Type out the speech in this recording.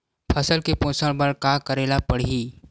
फसल के पोषण बर का करेला पढ़ही?